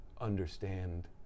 understand